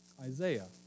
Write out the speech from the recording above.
Isaiah